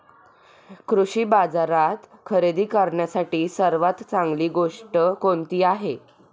कृषी बाजारात खरेदी करण्यासाठी सर्वात चांगली गोष्ट कोणती आहे?